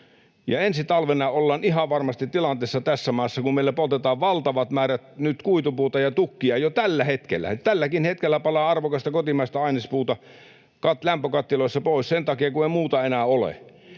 ei ole mitään tekemistä totuuden kanssa. Kun meillä poltetaan valtavat määrät nyt kuitupuuta ja tukkia jo tällä hetkellä — tälläkin hetkellä palaa arvokasta kotimaista ainespuuta lämpökattiloissa pois, sen takia kun ei muuta enää ole